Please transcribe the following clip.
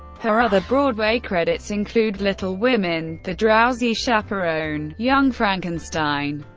her other broadway credits include little women, the drowsy chaperone, young frankenstein,